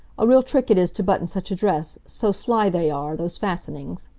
a real trick it is to button such a dress so sly they are, those fastenings.